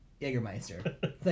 Jägermeister